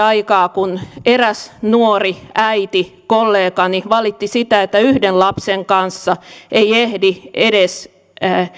aikaa kun eräs nuori äiti kollegani valitti sitä että yhden lapsen kanssa ei ehdi edes